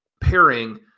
pairing